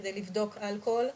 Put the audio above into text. כדי לבדוק אלכוהול.